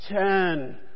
ten